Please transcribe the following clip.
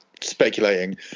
speculating